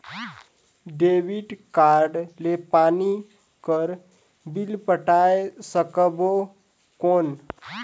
Debit card ले पानी कर बिल पटाय सकबो कौन?